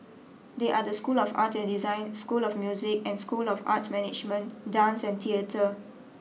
they are the school of art and design school of music and school of arts management dance and theatre